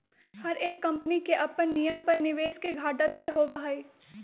हर एक कम्पनी के अपन नियम पर निवेश के घाटा तय होबा हई